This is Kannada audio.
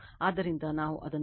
ಆದ್ದರಿಂದ ನಾವು ಅದನ್ನು ಮಾಡೋಣ